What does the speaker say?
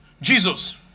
jesus